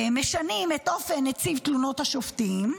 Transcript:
משנים את אופן מינוי נציב תלונות השופטים,